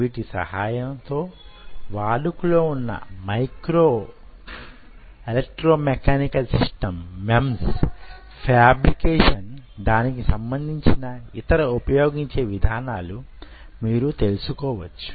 వీటి సహాయంతో వాడుక లో వున్న MEMS ఫేబ్రికేషన్ దానికి సంబంధించిన ఇతర ఉపయోగించే విధానాలు మీరు తెలుసుకోవచ్చు